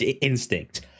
Instinct